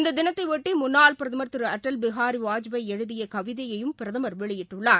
இந்ததினத்தையொட்டிமுன்னாள் பிரதம் திருஅட்டல் பிகாரிவாஜ்பாய் எழுதியகவிதையும் பிரதமர் வெளியிட்டுள்ளார்